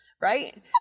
Right